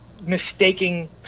mistaking